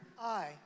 Aye